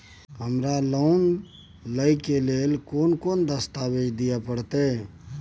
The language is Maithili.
हमरा लोन लय के लेल केना कोन दस्तावेज दिए परतै?